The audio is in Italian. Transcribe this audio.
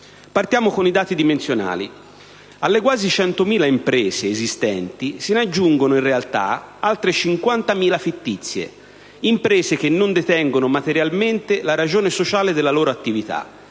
Partiamo con i dati dimensionali. Alle quasi 100.000 imprese esistenti se ne aggiungono in realtà altre 50.000 fittizie, imprese che non detengono materialmente la ragione sociale della loro attività: